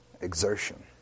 exertion